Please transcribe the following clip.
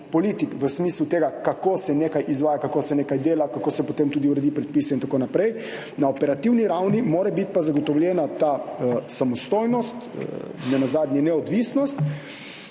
politik v smislu tega, kako se nekaj izvaja, kako se nekaj dela, kako se potem tudi uredi predpise in tako naprej, na operativni ravni mora biti pa zagotovljena ta samostojnost, nenazadnje neodvisnost,